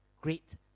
great